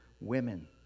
women